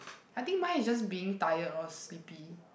I think mine is just being tired loh sleepy